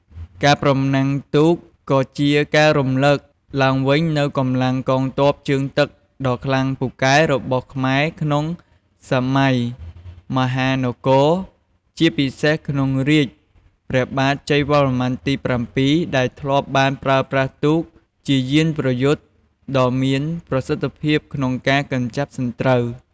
ការប្រណាំងទូកក៏ជាការរំលឹកឡើងវិញនូវកម្លាំងកងទ័ពជើងទឹកដ៏ខ្លាំងពូកែរបស់ខ្មែរក្នុងសម័យមហានគរជាពិសេសក្នុងរាជ្យព្រះបាទជ័យវរ្ម័នទី៧ដែលធ្លាប់បានប្រើប្រាស់ទូកជាយានប្រយុទ្ធដ៏មានប្រសិទ្ធភាពក្នុងការកម្ចាត់សត្រូវ។